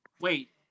wait